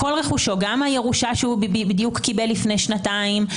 גם הירושה שקיבל לפני שנתיים,